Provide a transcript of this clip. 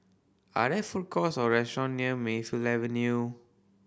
are there food courts or restaurant near Mayfield Avenue